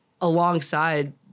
Alongside